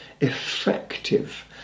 effective